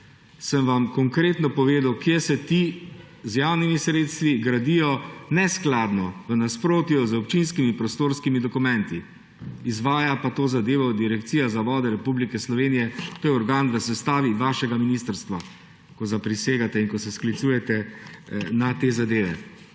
sem vam konkretno povedal, kje se ti z javnimi sredstvi gradijo v nasprotju z občinskimi prostorskimi dokumenti, izvaja pa to zadevo Direkcija za vode Republike Slovenije, to je organ v sestavi vašega ministrstva, ko zaprisegate in ko se sklicujete na te zadeve.